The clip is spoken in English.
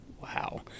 Wow